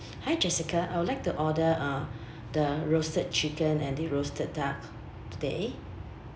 hi jessica I would like to order uh the roasted chicken and the roasted duck today